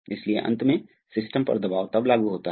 लेकिन वास्तव में पंप से निकलने वाला द्रव v सही होता है